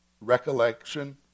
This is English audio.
recollection